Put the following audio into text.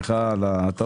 סליחה על הטעות.